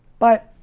but,